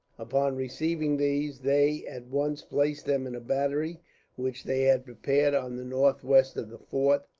upon receiving these, they at once placed them in a battery which they had prepared on the northwest of the fort,